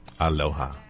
Aloha